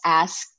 ask